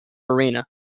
arena